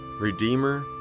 Redeemer